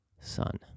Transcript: son